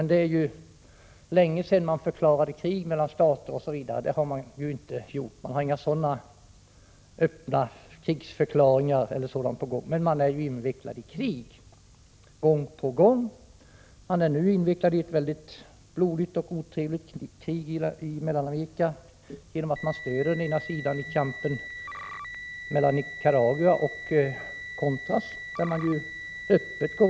Det är länge sedan man förklarade krig mellan stater, så det finns inga sådana öppna krigsförklaringar. Men USA är ju invecklat i krig gång på gång. Nu är man invecklad i ett mycket blodigt och otrevligt krig i Mellanamerika, genom att man stöder den ena sidan i kampen mellan Nicaraguas regering och contras. Där går man öppet ut och anslår pengar, Prot.